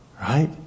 right